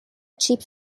چیپ